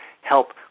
help